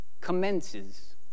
commences